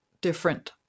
different